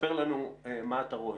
ספר לנו מה אתה רואה.